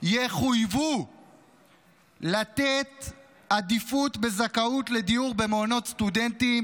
יחויבו לתת עדיפות בזכאות לדיור במעונות סטודנטים